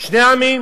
לשני עמים,